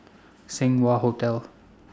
Seng Wah Hotel